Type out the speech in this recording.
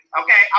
okay